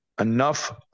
enough